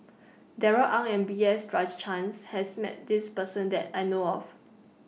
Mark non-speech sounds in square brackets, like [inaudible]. Darrell Ang and B S [unintelligible] has Met This Person that I know of